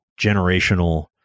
generational